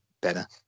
better